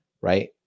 right